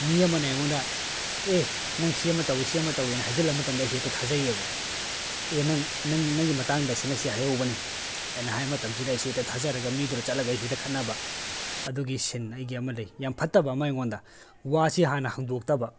ꯃꯤ ꯑꯃꯅ ꯑꯩꯉꯣꯟꯗ ꯑꯦ ꯅꯪ ꯁꯤꯃ ꯇꯧꯏ ꯁꯤꯃ ꯇꯧꯏ ꯍꯥꯏꯖꯤꯜꯂꯝꯕ ꯃꯇꯝꯗ ꯑꯩꯁꯤ ꯍꯦꯛꯇ ꯊꯥꯖꯩꯑꯕ ꯑꯦ ꯅꯪ ꯅꯪꯒꯤ ꯃꯇꯥꯡꯗ ꯁꯤꯅ ꯁꯤ ꯍꯥꯏꯍꯧꯕꯅꯤꯅ ꯍꯥꯏ ꯃꯇꯝꯁꯤꯗ ꯑꯩꯁꯤ ꯍꯦꯛꯇ ꯊꯥꯖꯔꯒ ꯃꯤꯗꯨꯗ ꯆꯠꯂꯒ ꯑꯩꯁꯤ ꯍꯦꯛꯇ ꯈꯠꯅꯕ ꯑꯗꯨꯒꯤ ꯁꯤꯅ ꯑꯩꯒꯤ ꯑꯃ ꯂꯩ ꯌꯥꯝ ꯐꯠꯇꯕ ꯑꯃ ꯑꯩꯉꯣꯟꯗ ꯋꯥꯁꯤ ꯍꯥꯟꯅ ꯍꯪꯗꯣꯛꯇꯕ